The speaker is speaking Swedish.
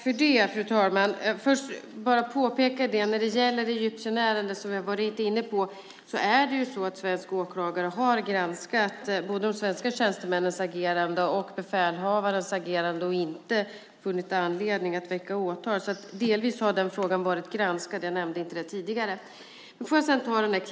Fru talman! Först vill jag bara påpeka att när det gäller egyptierärendet som vi har varit inne på har svensk åklagare granskat både de svenska tjänstemännens och befälhavarens agerande och inte funnit anledning att väcka åtal. Den frågan har delvis varit granskad, vilket jag inte nämnde tidigare.